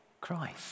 Christ